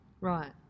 Right